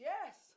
Yes